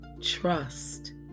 trust